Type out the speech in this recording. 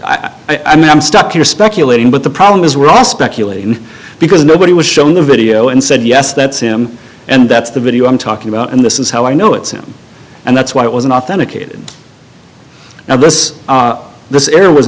but i'm stuck here speculating but the problem is we're all speculating because nobody was shown the video and said yes that's him and that's the video i'm talking about and this is how i know it's him and that's why it was an authenticated now this this air was